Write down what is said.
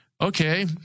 okay